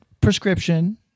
prescription